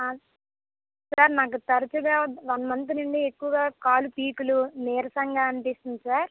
sir నాకు తరుచుగా one month నుండి ఎక్కువగా కాళ్ళు పీకడం నీరసంగా అనిపిస్తుంది సార్